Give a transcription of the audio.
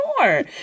more